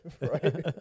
right